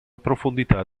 profondità